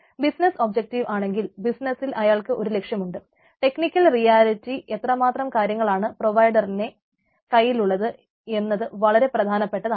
business objective എത്രമാത്രം കാര്യങ്ങളാണ് പ്രൊവൈഡറിന്റെ കയ്യിലുള്ളത് എന്നത് വളരെ പ്രധാനപ്പെട്ടതാണ്